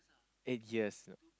eight years